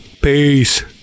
Peace